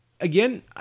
again